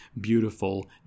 beautiful